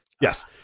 Yes